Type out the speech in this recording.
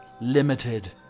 limited